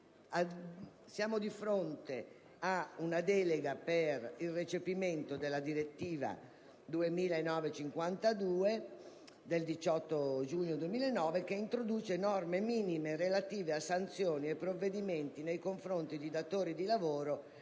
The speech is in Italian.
Siamo di fronte a una delega per il recepimento della direttiva 2009/52/CE del 18 giugno 2009, che introduce norme minime relative a sanzioni e a provvedimenti nei confronti dei datori di lavoro